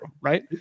Right